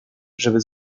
żeby